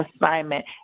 assignment